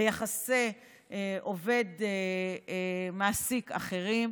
ביחסי עובד מעסיק אחרים,